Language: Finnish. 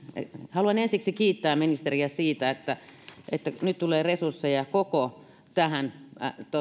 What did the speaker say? haluan ensiksi kiittää ministeriä siitä että että nyt tulee resursseja koko tähän